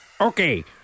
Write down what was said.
Okay